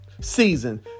season